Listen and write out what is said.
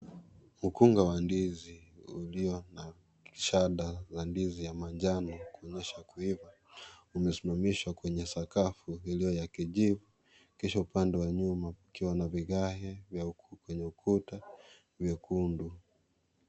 Mkunga wa ndizi, ulio na shada la ndizi ya manjano kuonyesha kuiva, umesimamishwa kwenye sakafu iliyo ya kijivu. Kisha upande wa nyuma, ukiwa na vigae kwenye ukuta vya vyekundu.